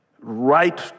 Right